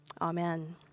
Amen